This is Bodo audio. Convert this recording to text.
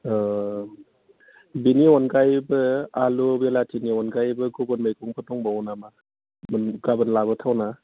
अ बेनि अनगायैबो आलु बिलाथिनि अनगायैबो गुबुन मैगंफोर दंबावो नामा गाबोन लाबोथावना